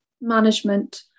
management